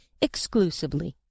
exclusively